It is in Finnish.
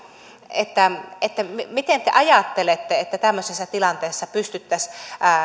että miten te ajattelette että tämmöisessä tilanteessa pystyttäisiin